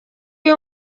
iyo